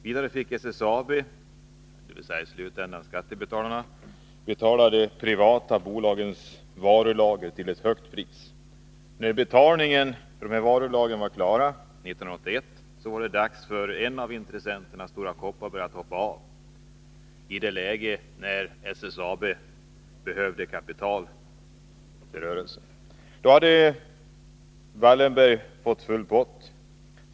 Vidare fick SSAB — dvs. i slutändan skattebetalarna — betala de privata bolagens varulager med ett högt pris. När betalningen för dessa varulager var klar 1981 var det dags för en av intressenterna, Stora Kopparberg, att hoppa av, i det läge när SSAB behövde kapital till rörelsen. Då hade Wallenberg fått full pott.